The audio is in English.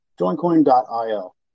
JoinCoin.io